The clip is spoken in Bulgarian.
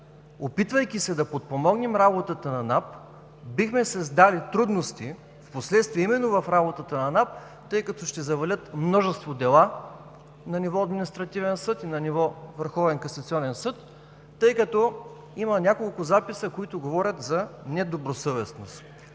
опитвайки се да подпомогнем работата на НАП, бихме създали трудности впоследствие именно в работата на НАП, тъй като ще завалят множество дела на ниво Административен съд и на ниво Върховен касационен съд, тъй като има няколко записа, които говорят за недобросъвестност.